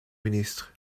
ministre